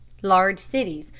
large cities,